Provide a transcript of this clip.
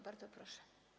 Bardzo proszę.